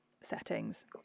settings